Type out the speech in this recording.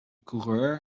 coureur